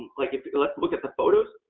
like if you look look at the photos,